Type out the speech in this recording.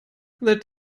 that